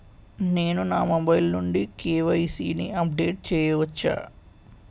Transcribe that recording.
నేను నా మొబైల్ నుండి కే.వై.సీ ని అప్డేట్ చేయవచ్చా?